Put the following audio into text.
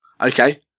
Okay